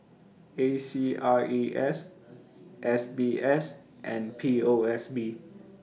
A C R E S S B S and P O S B